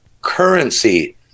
currency